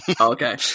Okay